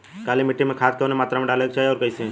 काली मिट्टी में खाद कवने मात्रा में डाले के चाही अउर कइसे?